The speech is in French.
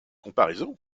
comparaison